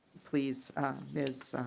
please ms.